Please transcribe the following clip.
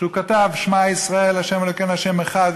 שמע ישראל ה' אלוקינו ה' אחד,